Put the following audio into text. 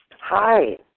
Hi